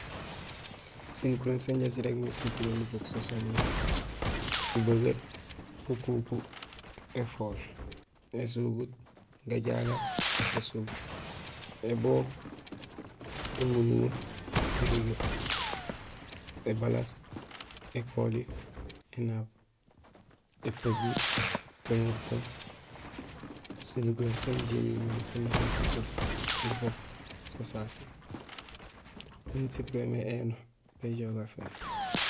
Sinukuréén sanja sirégmé sipuré nufuk so soomé: fubegeer, fukuku, éfool, ésubuut, gajagal, gasobuul, ébook, émundoŋo, érigee, ébalaas, ékoling, énaab, éfaguur, gagaputung; sinukuréén saan injé imimé sa nak mé sipuur nufuk so sasémiin sipurémé éno, béjoow gaféén.